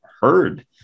heard